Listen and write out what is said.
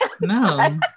no